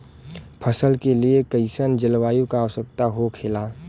फसल के लिए कईसन जलवायु का आवश्यकता हो खेला?